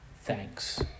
thanks